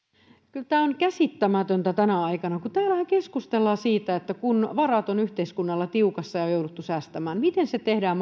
kyllä tämä on käsittämätöntä tänä aikana täällähän keskustellaan siitä että kun varat on yhteiskunnalla tiukassa ja on jouduttu säästämään miten se tehdään